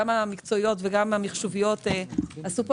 גם המקצועיות וגם המחשוביות עשו פה